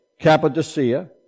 Cappadocia